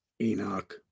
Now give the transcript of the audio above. Enoch